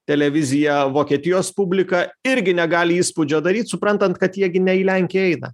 televiziją vokietijos publika irgi negali įspūdžio daryt suprantant kad jie gi ne į lenkiją įeina